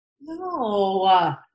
no